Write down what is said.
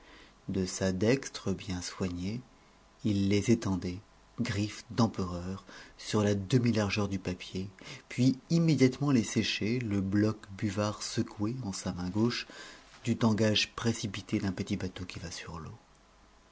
de sa dextre bien soignée il les étendait griffes d'empereur sur la demi largeur du papier puis immédiatement les séchait le bloc buvard secoué en sa main gauche du tangage précipité d'un petit bateau qui va sur l'eau